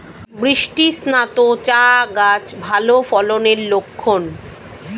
বৃষ্টিস্নাত চা গাছ ভালো ফলনের লক্ষন